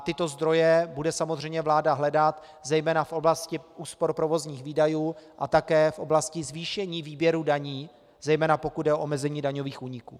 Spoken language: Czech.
Tyto zdroje bude samozřejmě vláda hledat zejména v oblasti úspor provozních výdajů a také v oblasti zvýšení výběru daní, zejména pokud jde o omezení daňových úniků.